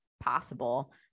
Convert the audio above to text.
possible